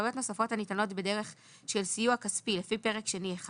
הנוספות הניתנות בדרך של סיוע כספי לפי פרק שני1